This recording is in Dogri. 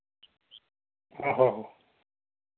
आहो आहो